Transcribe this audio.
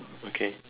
okay